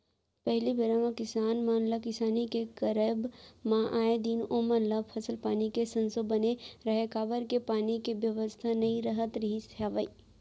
पहिली बेरा म किसान मन ल किसानी के करब म आए दिन ओमन ल फसल पानी के संसो बने रहय काबर के पानी के बेवस्था नइ राहत रिहिस हवय